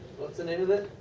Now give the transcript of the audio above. what is the name of it?